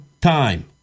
time